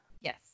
yes